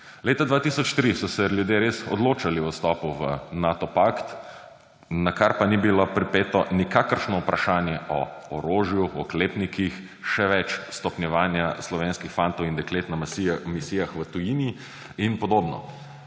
Leta 2003 so se ljudje res odločali o vstopu v Nato pakt, na kar pa ni bilo pripeto nikakršno vprašanje o orožju, oklepnikih, še več stopnjevanje slovenskih fantov in deklet na misijah v tujini in podobno.